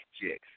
chicks